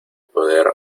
poder